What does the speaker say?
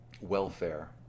welfare